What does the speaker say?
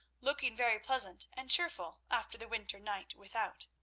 looking very pleasant and cheerful after the winter night without.